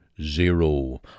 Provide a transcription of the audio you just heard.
zero